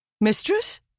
Mistress